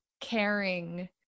caring